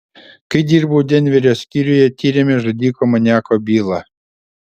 kai dirbau denverio skyriuje tyrėme žudiko maniako bylą